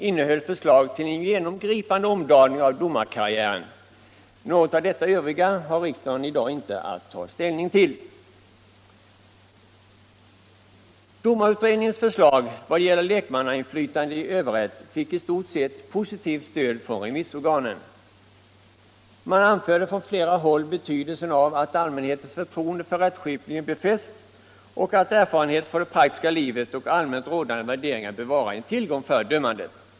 innehöll förslag till en genomgripande omdaning av domarkarriären. Något av detta övriga har riksdagen inte att ta ställning till. Domarutredningens förslag vad gäller lekmannainflytande i överrätten fick ett i stort positivt stöd från remissorganen. Man anförde från flera håll betydelsen av att allmänhetens förtroende för rättskipningen befästs och att erfarenheter från det praktiska livet och allmänt rådande värderingar bör vara en tillgång vid dömandet.